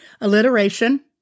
alliteration